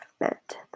met